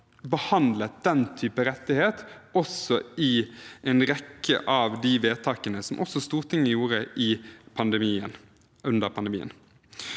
behandlet den typen rettighet i en rekke av de vedtakene også Stortinget gjorde under pandemien.